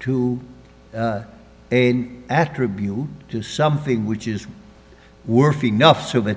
to an attribute to something which is were free nuff so that